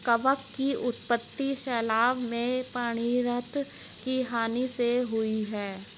कवक की उत्पत्ति शैवाल में पर्णहरित की हानि होने से हुई है